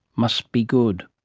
must be good.